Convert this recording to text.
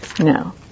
No